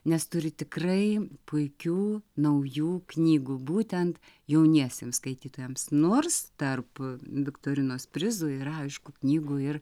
nes turiu tikrai puikių naujų knygų būtent jauniesiems skaitytojams nors tarp viktorinos prizų yra aišku knygų ir